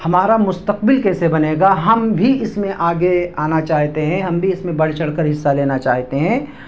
ہمارا مستقبل کیسے بنے گا ہم بھی اس میں آگے آنا چاہتے ہیں ہم بھی اس میں بڑھ چڑھ کر حصہ لینا چاہتے ہیں